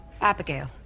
Abigail